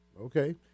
Okay